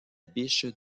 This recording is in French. biche